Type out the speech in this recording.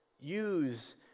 Use